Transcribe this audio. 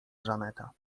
żaneta